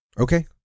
Okay